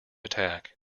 attack